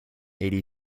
eighty